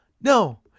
No